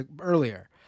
earlier